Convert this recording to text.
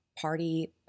Party